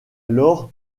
laure